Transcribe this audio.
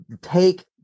take